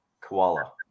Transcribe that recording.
koala